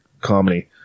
comedy